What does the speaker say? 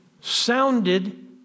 sounded